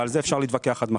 ועל זה אפשר להתווכח עד מחר,